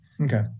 okay